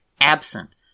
absent